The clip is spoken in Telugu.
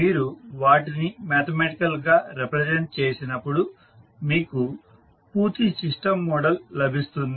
మీరు వాటిని మ్యాథమెటికల్ గా రిప్రజెంట్ చేసినప్పుడు మీకు పూర్తి సిస్టం మోడల్ లభిస్తుంది